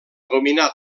dominar